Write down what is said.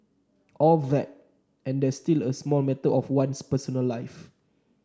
all that and there's still the small matter of one's personal life